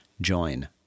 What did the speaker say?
join